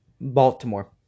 Baltimore